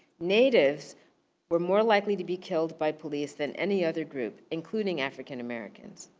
natives were more likely to be killed by police than any other group, including african americans.